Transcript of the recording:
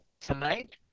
tonight